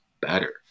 better